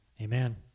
Amen